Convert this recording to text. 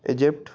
Egypt